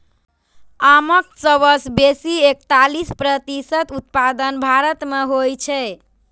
आमक सबसं बेसी एकतालीस प्रतिशत उत्पादन भारत मे होइ छै